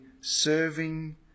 serving